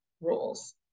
rules